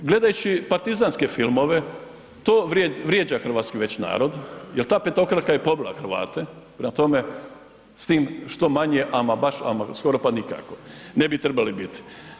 Gledajući partizanske filmove, to vrijeđa hrvatski već narod jer ta petokraka je pobila Hrvate prema tome s tim što manje ama baš skoro pa nikako ne bi trebali biti.